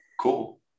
cool